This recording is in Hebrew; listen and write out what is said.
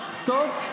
טוב.